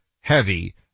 heavy